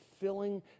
filling